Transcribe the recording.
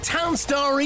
Townstar